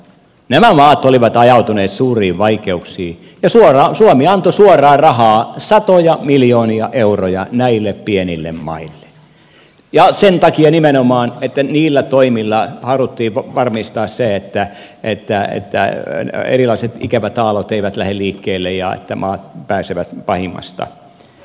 nämä maat olivat ajautuneet suuriin vaikeuksiin ja suomi antoi suoraa rahaa satoja miljoonia euroja näille pienille maille ja sen takia nimenomaan että niillä toimilla haluttiin varmistaa se että erilaiset ikävät aallot eivät lähde liikkeelle ja että maat pääsevät pahimmasta